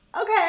okay